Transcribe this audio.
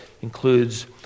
includes